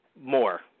more